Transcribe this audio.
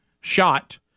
shot